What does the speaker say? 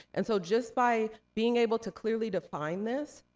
and so just by being able to clearly define this,